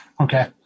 Okay